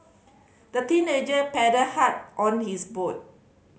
the teenager paddled hard on his boot